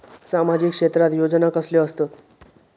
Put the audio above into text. सामाजिक क्षेत्रात योजना कसले असतत?